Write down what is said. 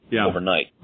overnight